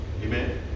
amen